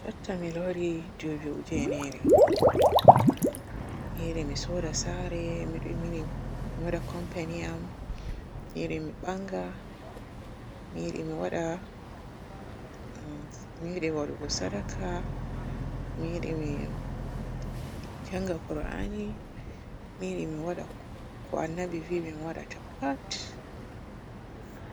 Jutta mi lori jojo ojenere mi yiɗi mi suuda saare, mi-mi yiɗi mi waada kompeni am, mi yiɗi mi baanga, mi yiɗi mi waada umm mi yiɗi wadugo sadaka, mi yiɗi mi njannga qur'ani, mi yiɗi mi waada ko annabi vi min waadata pat.